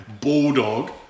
Bulldog